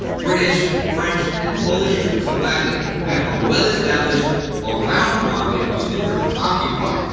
british, french, and polish troops have landed and are well-established around narvik, which the germans occupy,